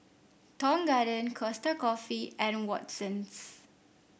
Tong Garden Costa Coffee and Watsons